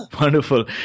Wonderful